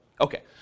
Okay